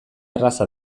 erraza